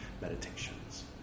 meditations